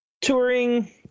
touring